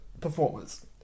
performance